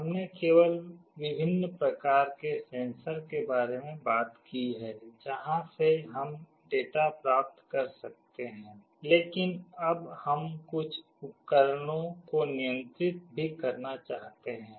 हमने केवल विभिन्न प्रकार के सेंसर के बारे में बात की है जहां से हम डेटा प्राप्त कर सकते हैं लेकिन अब हम कुछ उपकरणों को नियंत्रित भी करना चाहते हैं